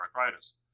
arthritis